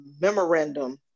memorandum